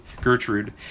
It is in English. Gertrude